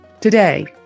Today